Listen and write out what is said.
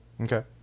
Okay